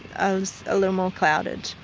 ah was a little more clouded.